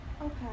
Okay